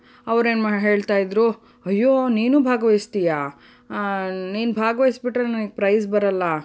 ಅವ್ರೇನು ಮಾ ಹೇಳ್ತಾ ಇದ್ದರು ಅಯ್ಯೋ ನೀನೂ ಭಾಗವಹಿಸ್ತೀಯಾ ನೀನು ಭಾಗ್ವಹಿಸಿಬಿಟ್ರೆ ನನಗ್ ಪ್ರೈಜ್ ಬರೋಲ್ಲ